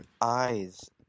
eyes